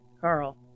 Carl